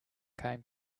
came